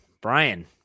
Brian